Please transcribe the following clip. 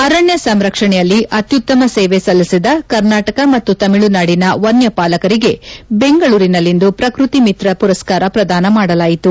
ಆರಣ್ಯ ಸಂರಕ್ಷಣೆಯಲ್ಲಿ ಅತ್ಯುತ್ತಮ ಸೇವೆ ಸಲ್ಲಿಸಿದ ಕರ್ನಾಟಕ ಮತ್ತು ತಮಿಳುನಾಡಿನ ವನ್ಯ ಪಾಲಕರಿಗೆ ಬೆಂಗಳೂರಿನಲ್ಲಿಂದು ಪ್ರಕೃತಿ ಮಿತ್ರ ಮರಸ್ಕಾರ ಪ್ರದಾನ ಮಾಡಲಾಯಿತು